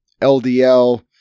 ldl